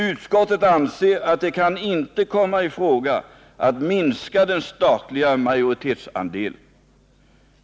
Utskottet anser att det inte kan komma i fråga att minska den statliga majoritetsandelen.